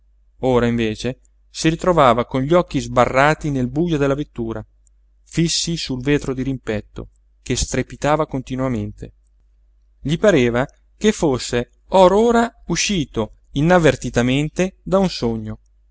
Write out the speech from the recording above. ora invece si ritrovava con gli occhi sbarrati nel bujo della vettura fissi sul vetro dirimpetto che strepitava continuamente gli pareva che fosse or ora uscito inavvertitamente da un sogno